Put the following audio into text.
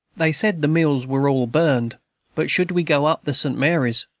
they said the mills were all burned but should we go up the st. mary's,